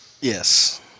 yes